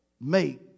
make